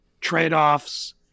trade-offs